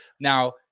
Now